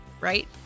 right